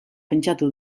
pentsatu